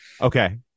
Okay